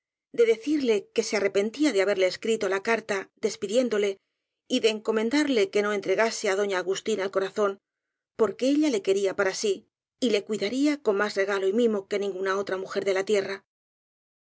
de decirle que se arrepentía de haberle escrito la carta despidiéndole y de encomendarle que no en tregase á doña agustina el corazón porque ella le quei ía para sí y le cuidaría con más regalo y mimo que ninguna otra mujer de la tierra